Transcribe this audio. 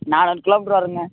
நானூறு கிலோமீட்ரு வரும்ங்க